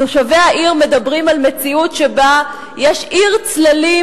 תושבי העיר מדברים על מציאות שבה יש עיר צללים